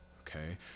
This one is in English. okay